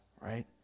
right